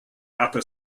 upper